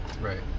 Right